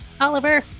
Oliver